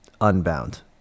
unbound